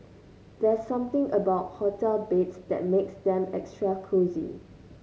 there's something about hotel beds that makes them extra cosy